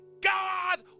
God